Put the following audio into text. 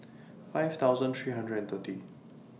five thousand three hundred and thirty